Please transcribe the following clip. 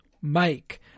Mike